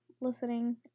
listening